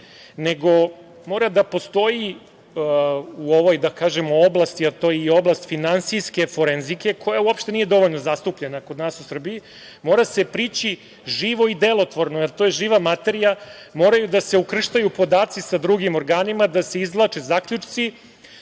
nego mora da postoji u ovoj oblasti, jer to je i oblast finansijske forenzike, koja uopšte nije dovoljno zastupljena kod nas u Srbiji, mora se prići živo i delotvorno. Jer, to je živa materija, moraju da se ukrštaju podaci sa drugim organima, da se izvlače zaključci,